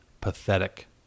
pathetic